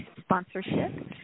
sponsorship